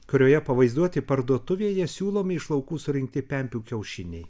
kurioje pavaizduoti parduotuvėje siūlomi iš laukų surinkti pempių kiaušiniai